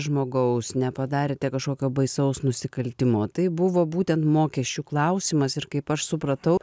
žmogaus nepadarėte kažkokio baisaus nusikaltimo tai buvo būtent mokesčių klausimas ir kaip aš supratau